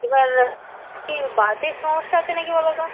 এবার কি বাতের সমস্যা আছে নাকি বলো তো